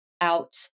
out